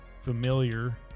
familiar